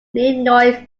illinois